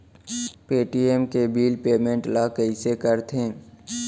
Paytm के bill payment ल कइसे करथे?